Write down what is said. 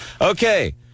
Okay